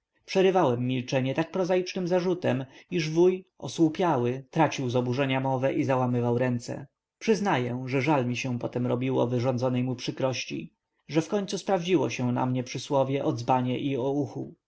przerywałem milczenie tak prozaicznym zarzutem iż wuj osłupiały tracił z oburzenia mowę i załamywał ręce przyznaję że żal mi się potem robiło wyrządzonej mu przykrości ze w końcu sprawdziło się na mnie przysłowie o dzbanie i o